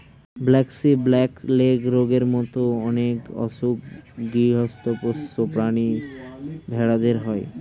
braxy, black leg রোগের মত অনেক অসুখ গৃহস্ত পোষ্য প্রাণী ভেড়াদের হয়